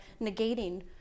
negating